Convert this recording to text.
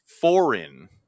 foreign